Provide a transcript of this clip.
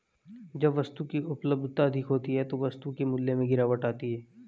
जब वस्तु की उपलब्धता अधिक होती है तो वस्तु के मूल्य में गिरावट आती है